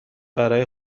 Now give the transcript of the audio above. برا